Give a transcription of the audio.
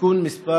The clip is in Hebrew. (תיקון מס'